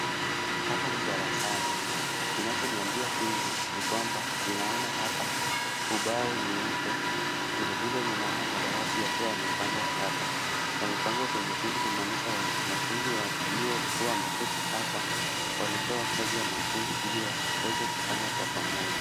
Hapa ni darasani, kinachoniambia hivyo ni kwamba ninaona hapa ubao nyeupe. Vilevile ninaona madawati yakiwa yamepangwa hapa. Yamepangwa kwa makundi kuonyesha wanafunzi waliokuwa wameketi hapa walipewa kazi ya makundi ili waweze kufanya kwa pamoja.